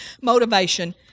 motivation